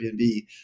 Airbnb